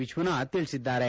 ವಿಶ್ವನಾಥ್ ತಿಳಿಸಿದ್ದಾರೆ